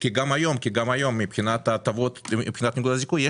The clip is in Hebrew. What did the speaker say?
גם היום מבחינת נקודות הזיכוי,